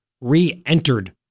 re-entered